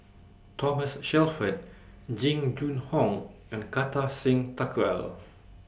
Thomas Shelford Jing Jun Hong and Kartar Singh Thakral